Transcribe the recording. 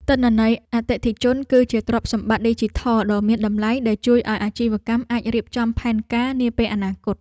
ទិន្នន័យអតិថិជន គឺជាទ្រព្យសម្បត្តិឌីជីថលដ៏មានតម្លៃដែលជួយឱ្យអាជីវកម្មអាចរៀបចំផែនការនាពេលអនាគត។